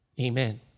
Amen